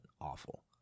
awful